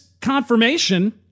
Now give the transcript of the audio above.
confirmation